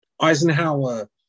Eisenhower